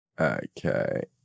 Okay